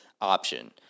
option –